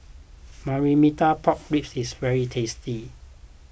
Marmite Pork Ribs is very tasty